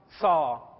saw